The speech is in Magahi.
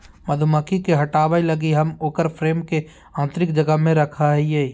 मधुमक्खी के हटाबय लगी हम उकर फ्रेम के आतंरिक जगह में रखैय हइ